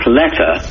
letter